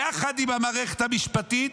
יחד עם המערכת המשפטית,